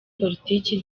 politiki